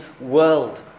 world